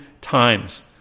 times